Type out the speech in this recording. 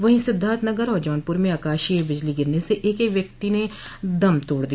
वहीं सिद्धार्थनगर और जौनपुर में आकाशीय बिजली गिरने से एक एक व्यक्ति ने दम तोड़ दिया